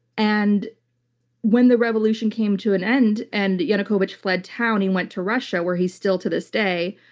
and when the revolution came to an end and yanukovych fled town, he went to russia, where he's still to this day.